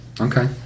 Okay